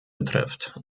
betrifft